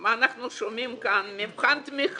שאנחנו שומעים כאן על מבחן תמיכה,